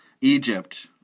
egypt